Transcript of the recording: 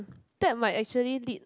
that might actually lead